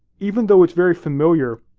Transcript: even though it's very familiar,